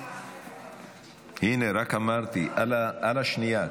הינה, רק אמרתי, על השנייה.